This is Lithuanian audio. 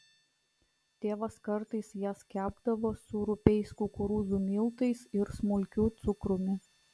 tėvas kartais jas kepdavo su rupiais kukurūzų miltais ir smulkiu cukrumi